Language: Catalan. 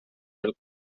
del